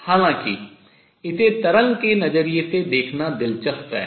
हालांकि इसे तरंग के नजरिए से देखना दिलचस्प है